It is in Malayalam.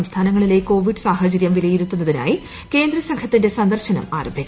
സംസ്ഥാനങ്ങളിലെ കോവിഡ് സാഹചര്യം വിലയിരുത്തുന്നതിനായി കേന്ദ്ര സംഘത്തിന്റെ സന്ദർശനം ആരംഭിച്ചു